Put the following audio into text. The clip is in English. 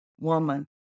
woman